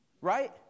Right